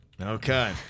Okay